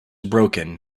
broken